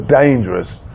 dangerous